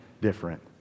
different